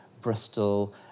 Bristol